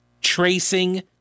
tracing